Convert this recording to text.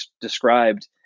described